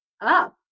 up